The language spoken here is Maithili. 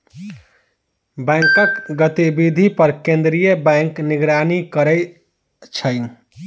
बैंकक गतिविधि पर केंद्रीय बैंक निगरानी करै छै